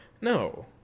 No